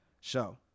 show